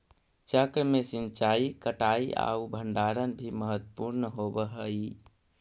चक्र में सिंचाई, कटाई आउ भण्डारण भी महत्त्वपूर्ण होवऽ हइ